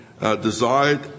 desired